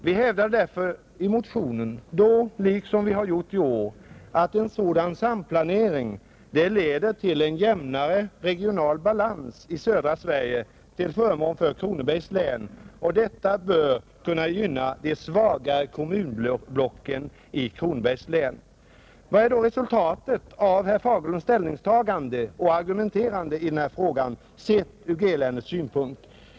Vi hävdade därför i motionen — då liksom vi har gjort i år — att en sådan samplanering leder till en jämnare regional balans i södra Sverige till förmån för Kronobergs län, och detta bör kunna gynna de svagare kommunblocken i Kronobergs län, Vad är då resultatet av herr Fagerlunds ställningstagande och argumenterande i denna fråga sett ur G-länets synpunkt?